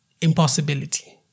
Impossibility